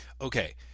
Okay